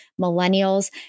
millennials